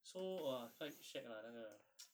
so uh quite shag lah 那个